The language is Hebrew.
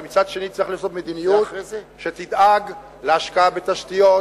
אבל מצד שני צריך לעשות מדיניות שתדאג להשקעה בתשתיות,